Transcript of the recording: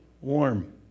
warm